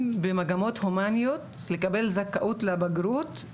במגמות הומניות לקבל זכאות לבגרות עם